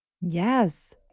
Yes